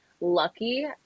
lucky